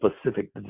specific